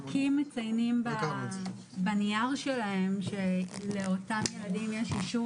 אקי"ם מציינים בנייר שלהם שלאותם ילדים יש אישור